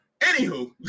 Anywho